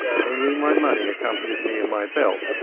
only my money accompanied me in my belt,